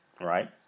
right